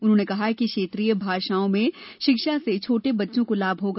उन्होंने कहा कि क्षेत्रीय भाषाओं में शिक्षा से छोटे बच्चों को लाभ होगा